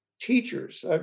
teachers